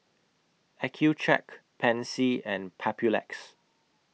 Accucheck Pansy and Papulex